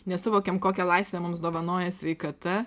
nesuvokiam kokią laisvę mums dovanoja sveikata